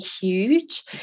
huge